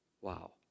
Wow